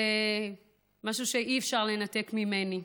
זה משהו שאי-אפשר לנתק ממני.